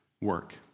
work